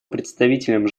представителям